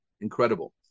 Incredible